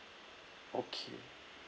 okay